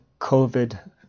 COVID